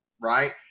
right